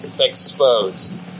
exposed